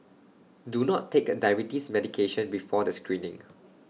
do not take diabetes medication before the screening